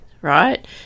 right